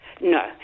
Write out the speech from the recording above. No